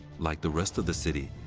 like the rest of the city,